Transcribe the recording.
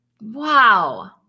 Wow